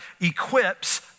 equips